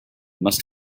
must